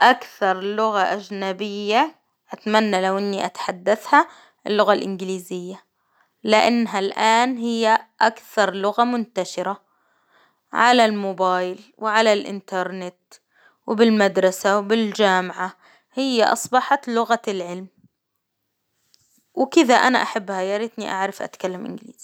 أكثر لغة أجنبية أتمنى لو إني أتحدثها اللغة الإنجليزية، لإنها الآن هي أكثر لغة منتشرة، على الموبايل وعلى الانترنت وبالمدرسة وبالجامعة، هي أصبحت لغة العلم، وكذا أنا أحبها يا ريتني أعرف أتكلم إنجليزي.